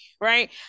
right